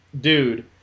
dude